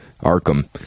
Arkham